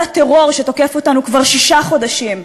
לגל הטרור שתוקף אותנו כבר שישה חודשים,